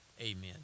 Amen